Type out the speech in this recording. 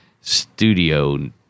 studio